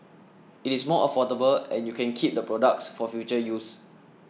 it is more affordable and you can keep the products for future use